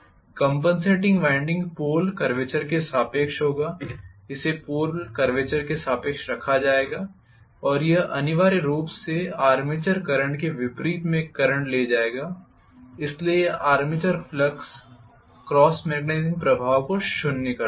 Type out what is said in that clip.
compensating winding pole curvature के सापेक्ष होगा इसे पोल कर्वेचर के सापेक्ष रखा जाएगा और यह अनिवार्य रूप से आर्मेचर करंट के विपरीत में एक करंट ले जाएगा इसलिए यह आर्मेचर फ्लक्स क्रॉस मैग्नेटाइजिंग प्रभाव को शून्य कर देगा